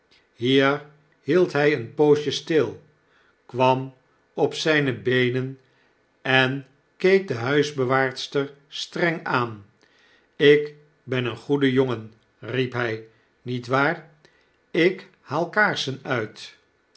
hier hield hy een poosje stil kwam op zyne beenen en keek de huisbewaarster sterk aan ik ben een foeie jongen riep hy r niet waar ik haal aarsen uit